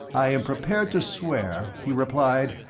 i am prepared to swear, he replied,